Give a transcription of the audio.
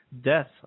death